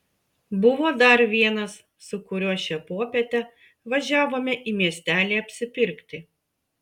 buvo dar vienas su kuriuo šią popietę važiavome į miestelį apsipirkti